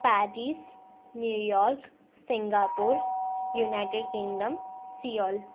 Paris New York Singapore United Kingdom Seoul